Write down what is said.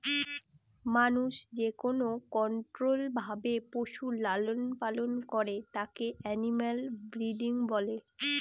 মানুষ যেকোনো কন্ট্রোল্ড ভাবে পশুর লালন পালন করে তাকে এনিম্যাল ব্রিডিং বলে